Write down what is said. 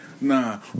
Nah